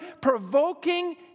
provoking